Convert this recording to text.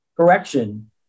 correction